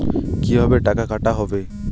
কিভাবে টাকা কাটা হবে?